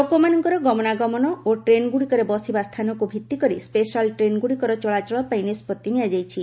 ଲୋକମାନଙ୍କର ଗମନାଗମନ ଓ ଟ୍ରେନ୍ଗୁଡ଼ିକରେ ବସିବା ସ୍ଥାନକୁ ଭିଭି କରି ସ୍ୱେଶାଲ୍ ଟ୍ରେନ୍ଗୁଡ଼ିକର ଚଳାଚଳ ପାଇଁ ନିଷ୍ପଭି ନିଆଯାଇଛି